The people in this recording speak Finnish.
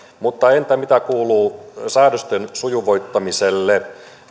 mutta entä mitä kuuluu säädösten sujuvoittamiselle